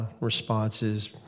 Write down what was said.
responses